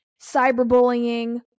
cyberbullying